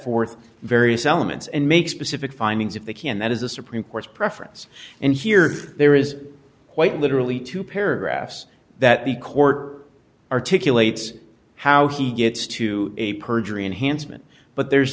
forth various elements and make specific findings if they can that is the supreme court's preference and here there is quite literally two paragraphs that the court articulate how he gets to a perjury unhandsome and but there's